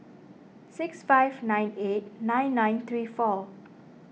six five nine eight nine nine three four